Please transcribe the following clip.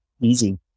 Easy